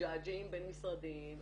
מג'עג'עים בין משרדים,